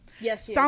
Yes